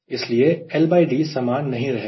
इसलिए LD समान नहीं रहेगा